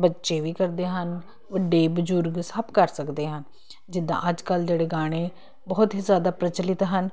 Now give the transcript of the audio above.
ਬੱਚੇ ਵੀ ਕਰਦੇ ਹਨ ਵੱਡੇ ਬਜ਼ੁਰਗ ਸਭ ਕਰ ਸਕਦੇ ਹਨ ਜਿੱਦਾਂ ਅੱਜ ਕੱਲ ਜਿਹੜੇ ਗਾਣੇ ਬਹੁਤ ਹੀ ਜਿਆਦਾ ਪ੍ਰਚਲਿਤ ਹਨ